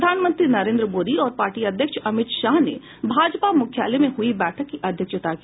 प्रधानमंत्री नरेन्द्र मोदी और पार्टी अध्यक्ष अमित शाह ने भाजपा मुख्यालय में हुई बैठक की अध्यक्षता की